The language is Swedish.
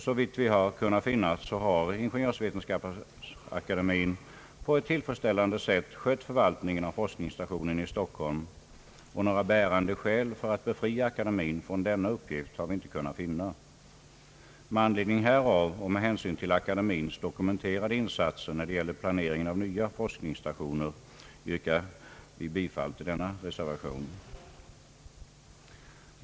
Såvitt vi kunnat finna har IVA på ett tillfredsställande sätt skött förvaltningen av forskningsstationen i Stockholm, och några bärande skäl för att befria akademin från denna uppgift har vi inte kunnat finna. Med anledning därav — och med hänsyn till akademins dokumenterade insatser när det gäller planeringen av nya forskningsstationer — yrkar vi bifall till denna reservation.